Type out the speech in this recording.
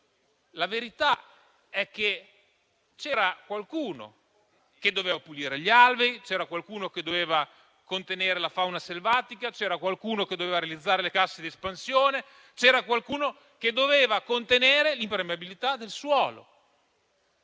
La verità è che qualcuno doveva pulire gli alvei, qualcuno doveva contenere la fauna selvatica, qualcuno doveva realizzare le casse di espansione e qualcuno doveva contenere l'impermeabilità del suolo.